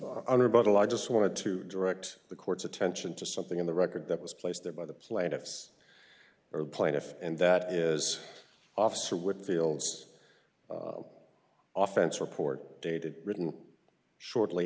bottle i just wanted to direct the court's attention to something in the record that was placed there by the plaintiffs or plaintiff and that is officer whitfield's offense report dated written shortly